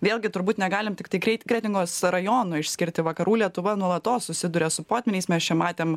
vėlgi turbūt negalim tiktai kreit kretingos rajono išskirti vakarų lietuva nuolatos susiduria su potvyniais mes čia matėm